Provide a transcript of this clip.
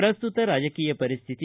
ಪ್ರಸ್ತುತ ರಾಜಕೀಯ ಪರಿಸ್ಥಿತಿ